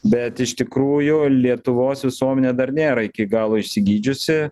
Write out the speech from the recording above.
bet iš tikrųjų lietuvos visuomenė dar nėra iki galo išsigydžiusi